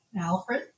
Alfred